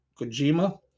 Kojima